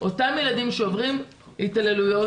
אותם ילדים שעוברים התעללויות